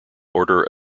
order